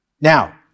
Now